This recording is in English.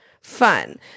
fun